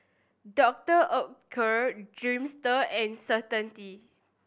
Doctor Oetker Dreamster and Certainty